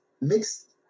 mixed